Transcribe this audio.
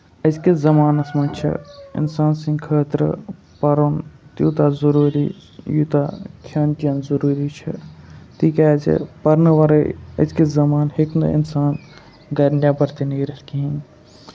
أزکِس زَمانَس منٛز چھِ اِنسان سٕندۍ خٲطرٕ پَرُن تیوٗتاہ ضروٗری یوٗتاہ کھیٚن چیٚن ضروٗری چھُ تِکیازِ پَرنہٕ وَرٲے أزکِس زَمانہٕ ہیٚکہِ نہٕ اِنسان گرِ نٮ۪بر تہِ نیٖرِتھ کِہینۍ